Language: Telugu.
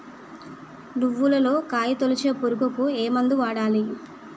నువ్వులలో కాయ తోలుచు పురుగుకి ఏ మందు వాడాలి?